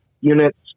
units